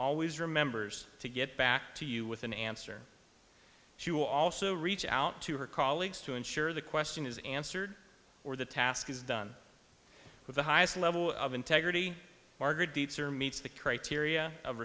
always remembers to get back to you with an answer she will also reach out to her colleagues to ensure the question is answered or the task is done with the highest level of integrity are good deeds or meets the criteria of